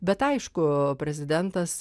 bet aišku prezidentas